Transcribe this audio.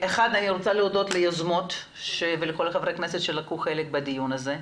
אני רוצה להודות ליוזמות ולכל חברי הכנסת שלקחו חלק בדיון הזה.